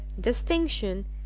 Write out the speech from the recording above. distinction